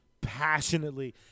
passionately